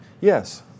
Yes